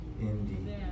Indeed